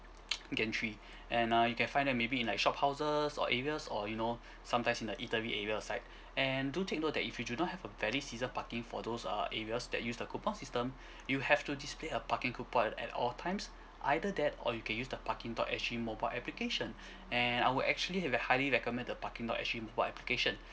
gantry and uh you can find that maybe in like shophouses or areas or you know sometimes in the eatery area side and do take note that if you do not have a valid season parking for those err areas that use the coupon system you have to display a parking coupon at at all times either that or you can use the parking dot S G mobile application and I would actually like highly recommend the parking dot S G mobile application